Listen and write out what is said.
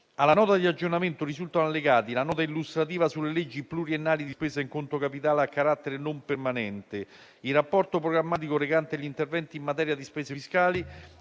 Alla Nota di aggiornamento risultano allegati: la nota illustrativa sulle leggi pluriennali di spesa in conto capitale a carattere non permanente; il rapporto programmatico recante gli interventi in materia di spese fiscali;